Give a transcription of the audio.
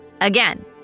again